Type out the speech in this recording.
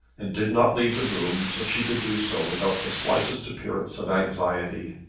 and did not leave the room till she could do so without the slightest appearance of anxiety.